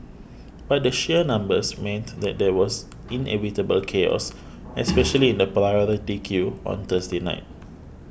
but the sheer numbers meant that there was inevitable chaos especially in the priority queue on Thursday night